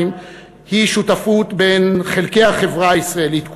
היא שותפות בין חלקי החברה הישראלית כולה,